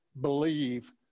believe